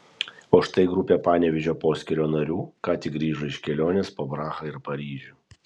o štai grupė panevėžio poskyrio narių ką tik grįžo iš kelionės po prahą ir paryžių